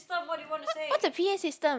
what what's a p_a system